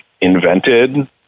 invented